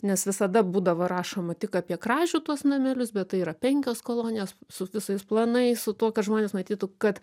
nes visada būdavo rašoma tik apie kražių tuos namelius bet tai yra penkios kolonijos su visais planais su tuo kad žmonės matytų kad